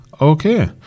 okay